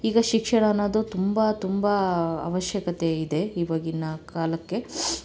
ಈಗ ಶಿಕ್ಷಣ ಅನ್ನೋದು ತುಂಬ ತುಂಬ ಅವಶ್ಯಕತೆ ಇದೆ ಇವಾಗಿನ ಕಾಲಕ್ಕೆ